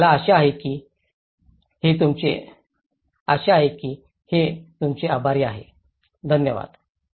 मला आशा आहे हे तुम्हाला मदत करेल धन्यवाद